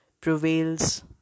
prevails